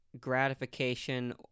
gratification